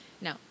No